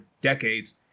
decades